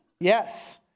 Yes